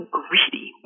greedy